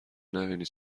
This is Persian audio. نبینی